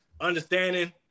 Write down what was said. understanding